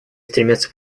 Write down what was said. стремятся